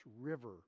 river